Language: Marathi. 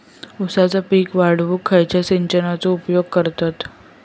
ऊसाचा पीक वाढाक खयच्या सिंचनाचो उपयोग करतत?